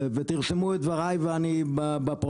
ותרשמו את דבריי ואני בפרוטוקול.